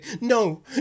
no